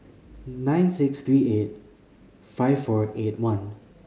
nine six three eight five four eight one